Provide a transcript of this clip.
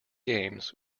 games